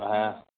হ্যাঁ